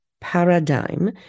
paradigm